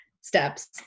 steps